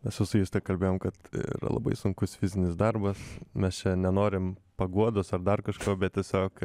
esu su jais tai kalbėjom kad yra labai sunkus fizinis darbas mes čia nenorim paguodos ar dar kažko bet tiesiog